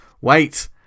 Wait